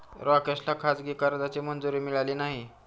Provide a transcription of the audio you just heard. राकेशला खाजगी कर्जाची मंजुरी मिळाली नाही